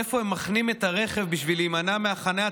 איפה אנשים מחנים את הרכב כדי להימנע מהחניה.